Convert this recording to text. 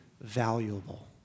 valuable